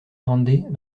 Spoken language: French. grande